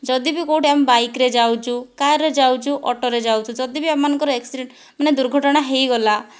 ଯଦି ବି କେଉଁଠି ଆମେ ବାଇକରେ ଯାଉଛୁ କାରରେ ଯାଉଛୁ ଅଟୋରେ ଯାଉଛୁ ଯଦି ବି ଆମମାନଙ୍କର ଆକ୍ସିଡେଣ୍ଟ ମାନେ ଦୁର୍ଘଟଣା ହୋଇଗଲା